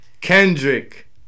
Kendrick